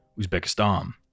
Uzbekistan